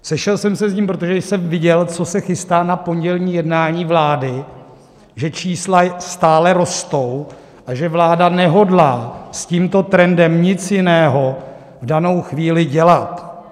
Sešel jsem se s ním, protože jsem viděl, co se chystá na pondělní jednání vlády, že čísla stále rostou a že vláda nehodlá s tímto trendem nic jiného v danou chvíli dělat.